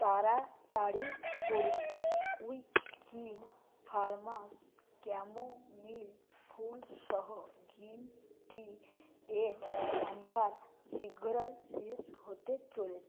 তাড়াতাড়ি করুন Wingreens Farms chamomile ফুল সহ গ্রীন টি এর সম্ভার শীঘ্রই শেষ হতে চলেছে